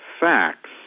facts